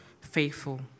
faithful